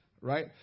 right